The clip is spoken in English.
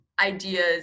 ideas